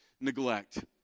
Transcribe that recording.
neglect